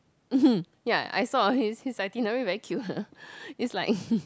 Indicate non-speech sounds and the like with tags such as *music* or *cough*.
mmhmm ya I saw his his itinerary very cute *noise* it's like